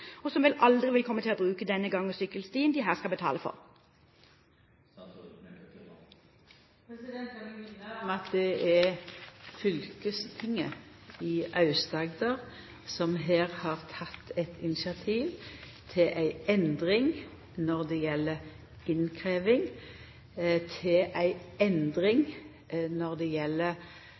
og som vel aldri vil komme til å bruke denne gang- og sykkelstien de her skal betale for? Lat meg minna om at det er fylkestinget i Aust-Agder som her har teke eit initiativ til endring av innkrevjing når det gjeld kva som skal realiserast, altså både det